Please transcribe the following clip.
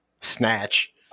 Snatch